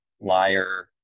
liar